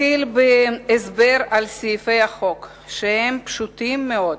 אתחיל בהסבר על סעיפי החוק, שהם פשוטים מאוד.